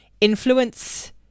influence